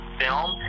film